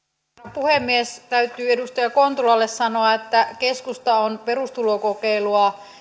puhemies täytyy edustaja kontulalle sanoa että keskusta on perustulokokeilua